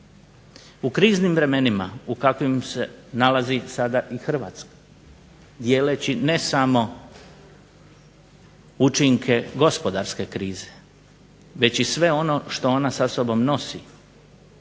U kriznim vremenima u kakvim se nalazi sada i Hrvatska dijeleći ne samo učinke gospodarske krize već sve ono što ona sa sobom nosi,